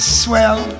swell